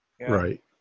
Right